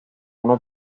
uno